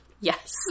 Yes